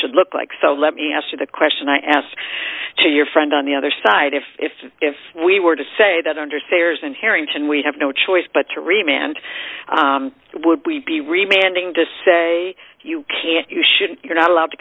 should look like so let me ask you the question i asked to your friend on the other side if if if we were to say that under sayers and harrington we have no choice but to remain and would we be reminding to say you can't you shouldn't you're not allowed to